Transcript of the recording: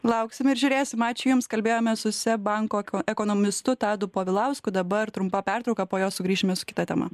lauksim ir žiūrėsim ačiū jums kalbėjomės su seb banko ekonomistu tadu povilausku dabar trumpa pertrauka po jo sugrįšime su kita tema